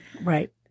Right